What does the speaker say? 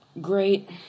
great